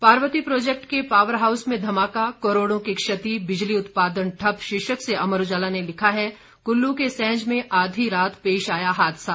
Parvati project के power house में धमाका करोड़ों की क्षति बिजली उत्पादन ठप्प शीर्षक से अमर उजाला ने लिखा है कुल्लू के सैंज में आधी रात पेश आया हादसा